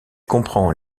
comprend